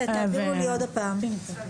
תעבירו לי עוד פעם.